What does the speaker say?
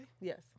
Yes